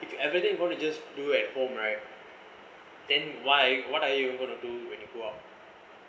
if you everyday going to just do at home right then why what are you going to do when you go out